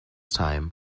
time